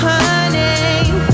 Honey